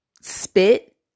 spit